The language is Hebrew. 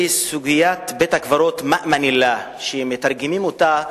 שסוגיית בית-הקברות "מאמן אללה" שגם אם מתרגמים אותה ל"ממילא"